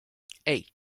hey